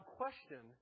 question